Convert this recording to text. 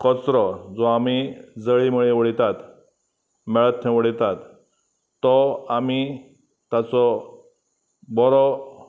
कचरो जो आमी जळीमळी उडयतात मेळत थंय उडयतात तो आमी ताचो बरो